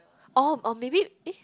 oh oh maybe eh